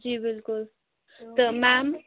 جی بِلکُل تہٕ میم